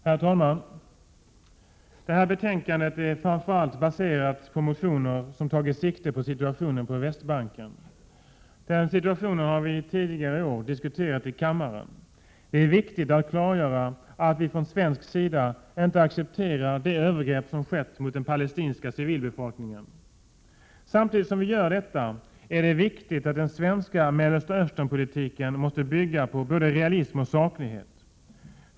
Herr talman! Det här betänkandet är baserat framför allt på motioner som tagit sikte på situationen på Västbanken. Den situationen har vi tidigare i år diskuterat i kammaren. Det är viktigt att klargöra att vi från svensk sida inte accepterar de övergrepp som skett mot den palestinska civilbefolkningen. När vi gör detta är det viktigt att den svenska Mellersta Östern-politiken bygger på realism och saklighet.